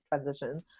transition